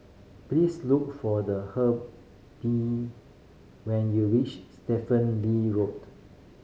please look for the when you reach Stephen Lee Road